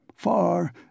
far